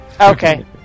Okay